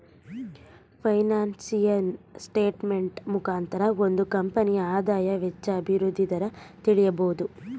financial statement ಮುಖಾಂತರ ಒಂದು ಕಂಪನಿಯ ಆದಾಯ, ವೆಚ್ಚ, ಅಭಿವೃದ್ಧಿ ದರ ತಿಳಿಬೋದು